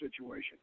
situation